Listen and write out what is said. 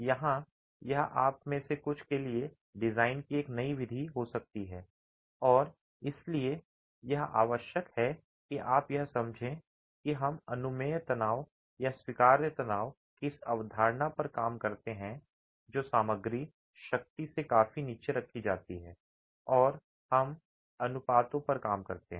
यहां यह आप में से कुछ के लिए डिजाइन की एक नई विधि हो सकती है और इसलिए यह आवश्यक है कि आप यह समझें कि हम अनुमेय तनाव या स्वीकार्य तनाव की इस अवधारणा पर काम करते हैं जो सामग्री शक्ति से काफी नीचे रखी जाती हैं और हम उन अनुपातों पर काम करते हैं